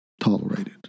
tolerated